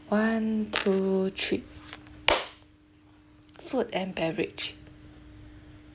one two three food and beverage